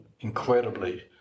incredibly